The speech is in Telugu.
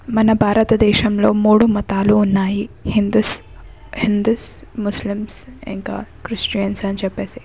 మన భారతదేశంలో మూడు మతాలు ఉన్నాయి హిందూస్ హిందూస్ ముస్లిమ్స్ ఇంకా క్రిస్టియన్స్ అని చెప్పేసి